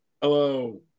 Hello